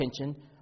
attention